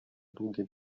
długie